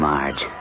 Marge